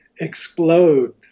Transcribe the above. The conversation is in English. explode